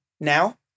now